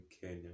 Kenya